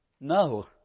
No